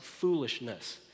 foolishness